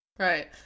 Right